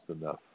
enough